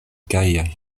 gajaj